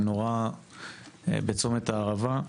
הוא נורה בצומת הערבה.